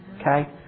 Okay